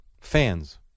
Fans